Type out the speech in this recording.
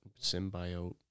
symbiote